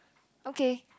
okay